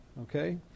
Okay